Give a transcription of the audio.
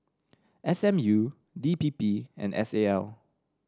S M U D P P and S A L